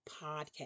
podcast